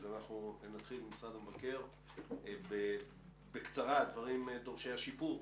אז נתחיל עם משרד המבקר בקצרה על הדברים דורשי השיפור,